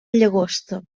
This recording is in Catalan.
llagosta